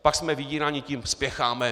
Pak jsme vydíráni tím: Spěcháme.